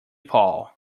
paul